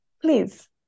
please